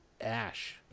Ash